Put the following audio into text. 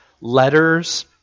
letters